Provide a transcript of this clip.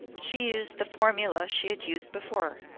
she used the formula she had used before.